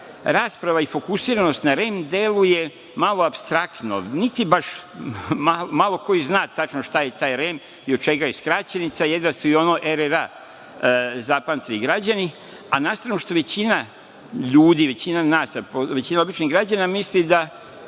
rasprava i fokusiranost na REM deluje malo apstraktno, niti baš malo ko zna šta je tačno REM i od čega je skraćenica, jedva su i ono RRA zapamtili građani, a na stranu što većina ljudi, većina nas, običnih građana, misli da